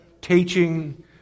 teaching